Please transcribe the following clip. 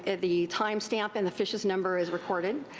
ah the time stamp and the fishis number is recorded.